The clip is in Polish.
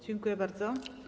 Dziękuję bardzo.